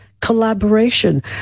collaboration